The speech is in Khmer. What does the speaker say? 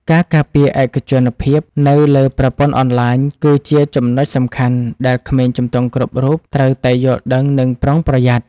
ការការពារឯកជនភាពនៅលើប្រព័ន្ធអនឡាញគឺជាចំណុចសំខាន់ដែលក្មេងជំទង់គ្រប់រូបត្រូវតែយល់ដឹងនិងប្រុងប្រយ័ត្ន។